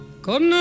Con